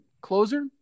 closer